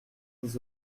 des